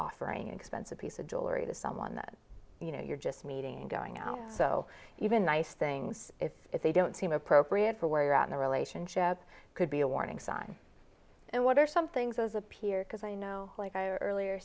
offering an expensive piece of jewelry to someone that you know you're just meeting and going out so even nice things if they don't seem appropriate for where you're out in the relationship could be a warning sign and what are some things those appear because i know like i earlier